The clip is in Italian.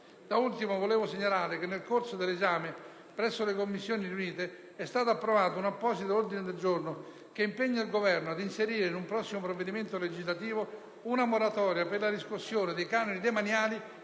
Da ultimo vorrei segnalare che, nel corso dell'esame presso le Commissioni riunite, è stato approvato un apposito ordine del giorno che impegna il Governo ad inserire in un prossimo provvedimento legislativo una moratoria per la riscossione dei canoni demaniali